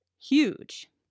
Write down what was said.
huge